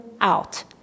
out